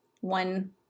one